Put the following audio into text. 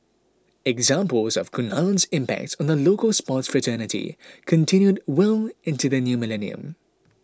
examples of Kunalan's impact on the local sports fraternity continued well into the new millennium